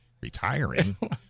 retiring